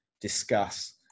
discuss